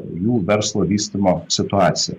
jų verslo vystymo situacija